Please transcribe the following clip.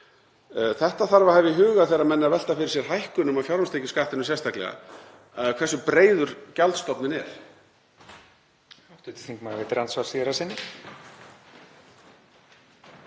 Þetta þarf að hafa í huga þegar menn eru að velta fyrir sér hækkun á fjármagnstekjuskattinum sérstaklega, þ.e. hversu breiður gjaldstofninn er.